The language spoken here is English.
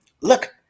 look